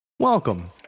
Welcome